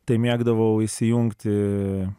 tai mėgdavau įsijungti